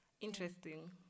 interesting